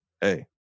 hey